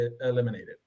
eliminated